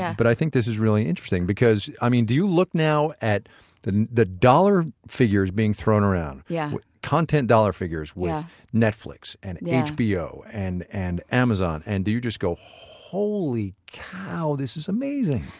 but i think this is really interesting because, i mean, do you look now at the the dollar figures being thrown around, yeah content dollar figures, netflix and and hbo and and amazon, and do you just go, holy cow, this is amazing?